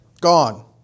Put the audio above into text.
gone